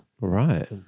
Right